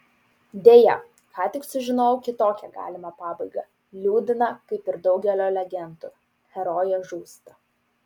deja ką tik sužinojau kitokią galimą pabaigą liūdną kaip ir daugelio legendų herojė žūsta